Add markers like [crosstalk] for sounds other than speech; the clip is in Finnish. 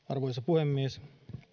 [unintelligible] arvoisa puhemies